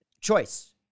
choice